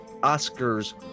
Oscars